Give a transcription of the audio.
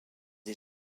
est